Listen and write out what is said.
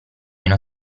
una